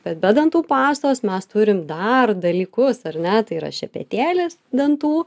bet be dantų pastos mes turim dar dalykus ar ne tai yra šepetėlis dantų